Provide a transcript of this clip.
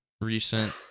recent